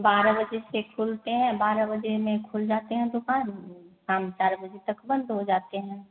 बारह बजे से खोलते हैं बारह बजे में खुल जाते हैं दुकान शाम चार बजे तक बंद हो जाते है